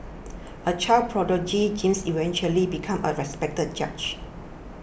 a child prodigy James eventually became a respected judge